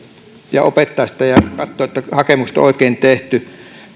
ja opettamaan ja katsomaan että hakemukset on oikein tehty